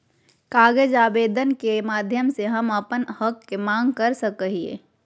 कागज आवेदन के माध्यम से हम अपन हक के मांग कर सकय हियय